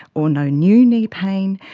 or no new knee pain.